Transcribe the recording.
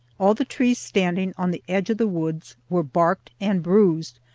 all the trees standing on the edge of the woods were barked and bruised,